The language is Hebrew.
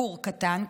גור קטן,